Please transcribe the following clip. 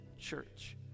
church